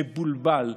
מבולבל,